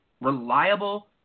reliable